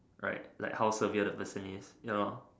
right like how severe the person is you know